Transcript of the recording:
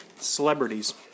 Celebrities